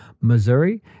Missouri